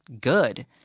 good